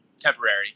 temporary